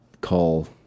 call